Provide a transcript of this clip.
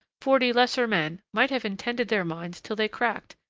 forty lesser men might have intended their minds till they cracked,